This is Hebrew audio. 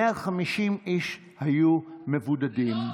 150 איש היו מבודדים.